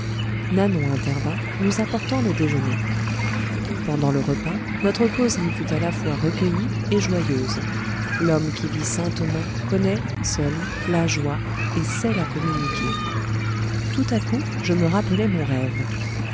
nanon intervint nous apportant le déjeuner pendant le repas notre causerie fut à la fois recueillie et joyeuse l'homme qui vit saintement connaît seul la joie et sait la communiquer tout à coup je me rappelai mon rêve